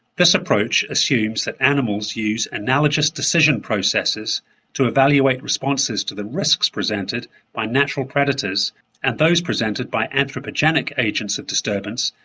this approach assumes that animals use analogous decision processes to evaluate responses to the risks presented by natural predators and those presented by anthropogenic agents of disturbance,